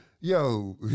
Yo